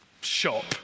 shop